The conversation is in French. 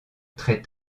très